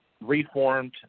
reformed